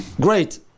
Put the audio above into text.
Great